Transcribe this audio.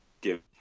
give